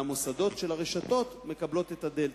והמוסדות של הרשתות מקבלות את הדלתא.